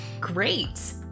great